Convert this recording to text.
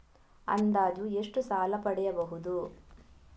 ಅಂದಾಜು ಎಷ್ಟು ಸಾಲ ಪಡೆಯಬಹುದು?